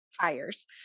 fires